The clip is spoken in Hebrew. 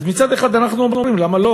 אז מצד אחד אנחנו אומרים: למה לא?